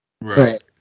Right